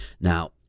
Now